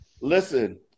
Listen